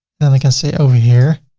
then i can say over here,